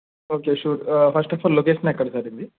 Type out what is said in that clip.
okay sure first of all location ఎక్కడ sir ఇది